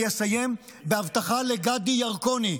אני אסיים בהבטחה לגדי ירקוני.